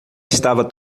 estava